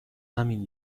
همین